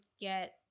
get